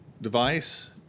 device